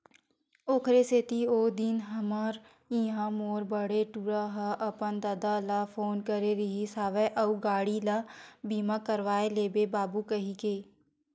ओखरे सेती ओ दिन हमर इहाँ मोर बड़े टूरा ह अपन ददा ल फोन करे रिहिस हवय अउ गाड़ी ल बीमा करवा लेबे बाबू कहिके